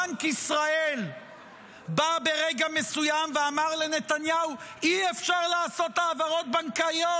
בנק ישראל בא ברגע מסוים ואמר לנתניהו: אי-אפשר לעשות העברות בנקאיות,